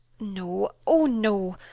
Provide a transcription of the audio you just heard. no, oh no!